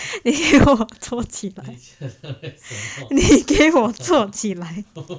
你给我坐起来你给我坐起来